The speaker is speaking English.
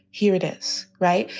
here it is. right.